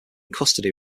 custody